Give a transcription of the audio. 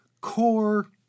core